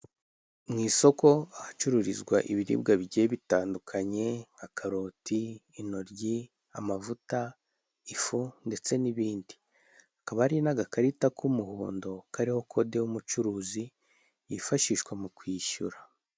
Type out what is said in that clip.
Mu isoko ahacururizwa ibiribwa bigiye bitandukanye, nka karoti, intoryi, amavuta, ifu ndetse n'ibindi, hakaba hari n'agakarita k'umuhondo kariho kode y'umucuruzi kifashishwa mu kwishyura.